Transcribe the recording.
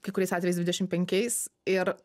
kai kuriais atvejais dvidešimt penkiais ir